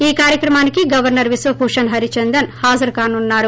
ఈ కార్యక్రమానికి గవర్సర్ బిశ్వభూషణ్ హరిచందన్ హాజరుకానున్నారు